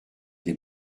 des